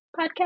podcast